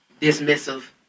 dismissive